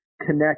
connect